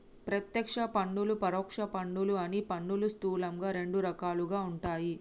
ప్రత్యక్ష పన్నులు, పరోక్ష పన్నులు అని పన్నులు స్థూలంగా రెండు రకాలుగా ఉంటయ్